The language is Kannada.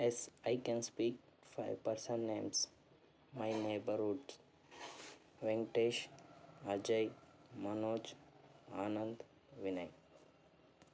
S I can speak five person names my neighbourhood Venkatesh Ajay Manoj Anand Vinay